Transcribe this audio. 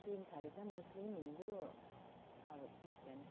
तिन थरी छ मुस्लिम हिन्दू अरू क्रिस्चियन